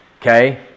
Okay